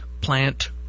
plant